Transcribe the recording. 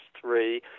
three